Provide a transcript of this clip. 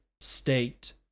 state